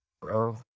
bro